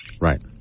Right